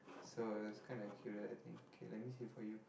so it's kind of cute lah I think okay let me see for you